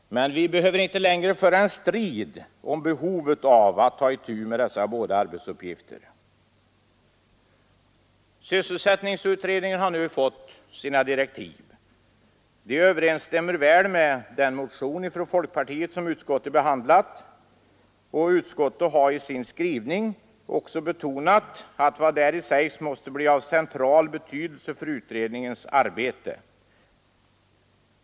Men vi behöver inte längre föra en strid om behovet av att ta itu med båda dessa arbetsuppgifter. Sysselsättningsutredningen har nu fått sina direktiv. De överensstämmer väl med den motion från folkpartiet som utskottet behandlat. Utskottet har i sin skrivning också betonat att vad däri sägs måste bli av central betydelse för utredningens arbete.